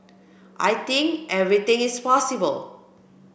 I think everything is possible